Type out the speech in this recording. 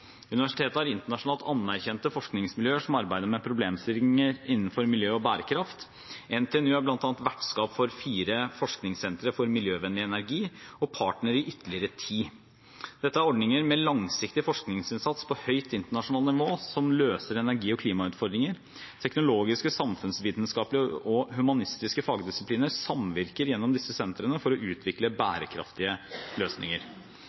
Universitetet har internasjonalt anerkjente forskningsmiljøer som arbeider med problemstillinger innenfor miljø og bærekraft. NTNU er bl.a. vertskap for fire forskningssentre for miljøvennlig energi og partner i ytterligere ti. Dette er ordninger med langsiktig forskningsinnsats på høyt internasjonalt nivå som løser energi- og klimautfordringer. Teknologiske, samfunnsvitenskapelige og humanistiske fagdisipliner samvirker gjennom disse sentrene for å utvikle bærekraftige løsninger.